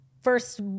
first